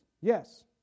Yes